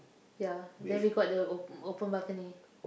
ya then we got the op~ open balcony